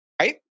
Right